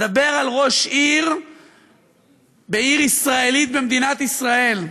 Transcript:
אני מדבר על ראש עיר בעיר ישראלית במדינת ישראל.